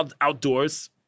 outdoors